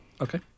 Okay